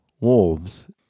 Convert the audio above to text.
wolves